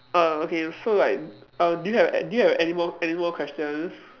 uh okay so like uh do you do you have anymore anymore questions